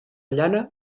llana